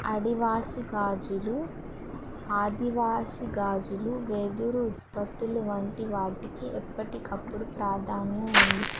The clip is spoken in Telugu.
ఆదివాసి గాజులు ఆదివాసి గాజులు వెదురు ఉత్పత్తులు వంటి వాటికి ఎప్పటికప్పుడు ప్రాధాన్యత ఉంది